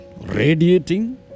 radiating